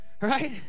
Right